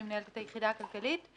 אני מנהלת את היחידה הכלכלית.